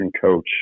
coach